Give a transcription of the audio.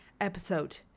episode